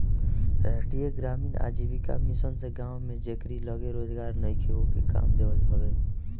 राष्ट्रीय ग्रामीण आजीविका मिशन से गांव में जेकरी लगे रोजगार नईखे ओके काम देहल हवे